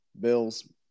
Bills